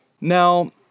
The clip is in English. Now